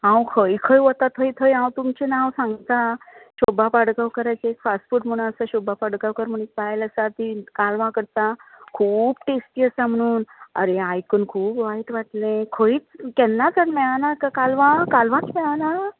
हांव खंय खंय वता थंय थंय तुमचें नांव सांगतां शोभा पाडगांवकाराचें फास्ट फूड म्हणू आसा शोभा पाडगांवकर म्हणू बायल आसा तीं कालवां करता खूब टॅस्टी आसता म्हणू आरे आयकून खूब वायट वाटलें खंयच केन्नाच मेळाना तर कालवां कालवांच मेळाना